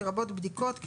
לרבות בדיקות,